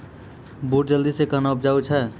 बूट जल्दी से कहना उपजाऊ छ?